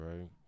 right